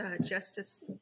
justice